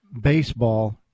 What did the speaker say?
baseball